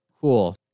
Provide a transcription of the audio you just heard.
Cool